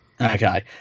Okay